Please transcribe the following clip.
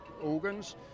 organs